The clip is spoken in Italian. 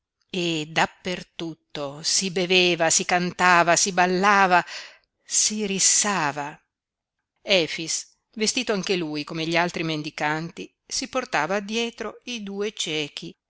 e dappertutto si beveva si cantava si ballava si rissava efix vestito anche lui come gli altri mendicanti si portava addietro i due ciechi